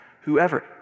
Whoever